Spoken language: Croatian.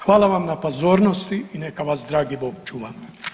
Hvala vam na pozornosti i neka vas dragi bog čuva.